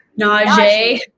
Najee